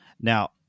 Now